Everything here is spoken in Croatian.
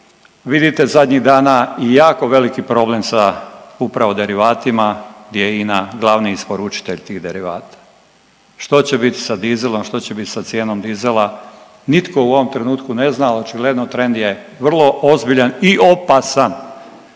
vidite zadnjih dana i jako veliki problem sa upravo derivatima gdje je INA glavni isporučitelj tih derivata. Što će bit sa dizelom, što će bit sa cijenom dizela? Nitko u ovom trenutku ne zna, a očigledno je tren je vrlo ozbiljan i opasan.